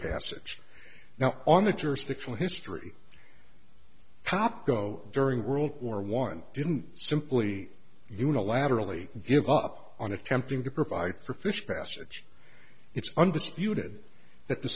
passage now on the jurisdictional history pop go during world war one didn't simply unilaterally give up on attempting to provide for fish passage it's undisputed that the